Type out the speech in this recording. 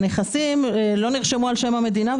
הנכסים לא נרשמו על שם המדינה,